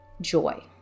joy